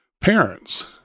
parents